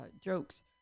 jokes